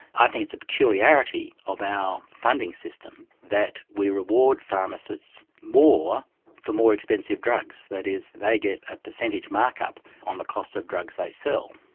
i think it's a peculiarity of our funding system that we reward pharmacists more for more expensive drugs. that is, they get a percentage mark-up on the cost of drugs they sell.